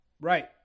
right